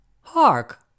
Hark